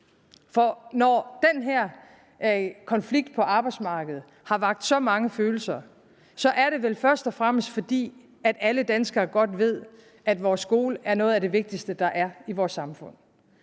For når den her konflikt på arbejdsmarkedet har vakt så mange følelser, er det vel først og fremmest, fordi alle danskere godt ved, at vores skole er noget det vigtigste, der er i vores samfund.